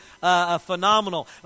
phenomenal